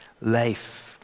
life